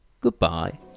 goodbye